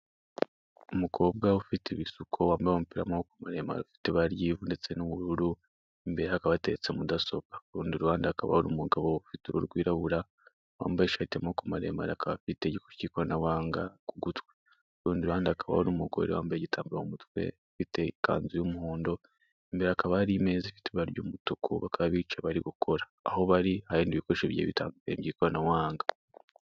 Umukobwa ufite ibisuko wambaye umupira w'amaboko maremare ufite ibara ry'ivu ndetse n'ubururu, imbere ye hakaba hateretse mudasobwa ku rundi ruhande hakaba hari umugabo ufite uruhu rwirabura wambaye ishati y'amaboko maremare akaba afite igikoresho cy'ikoranabuhanga ku gutwi, ku rundi ruhande hakaba hari umugore wambaye igitambaro mu mutwe ufite ikanzu y'umuhondo, imbere hakaba hari imeza ifite ibara ry'umutuku bakaba bicaye bari gukora, aho bari hari ibikoresho bitandukanye by'ikoranabuhanga